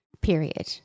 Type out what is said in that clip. period